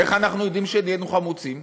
איך אנחנו יודעים שנהיינו חמוצים?